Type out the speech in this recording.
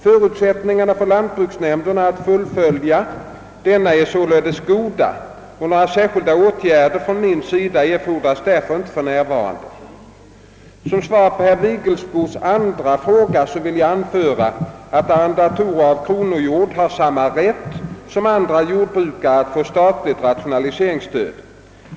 Förutsättningarna för lantbruksnämnderna att fullgöra denna är således goda och några särskilda åtgärder från min sida erfordras därför inte för närvarande. Som svar på herr Vigelsbos andra fråga vill jag anföra att arrendator av kronogård har samma rätt som andra jordbrukare att få statligt rationaliseringsstöd.